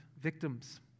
victims